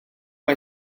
mae